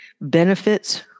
benefits